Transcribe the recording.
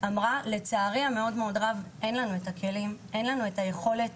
לצערי הרב, אין לנו כלים ויכולת.